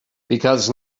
because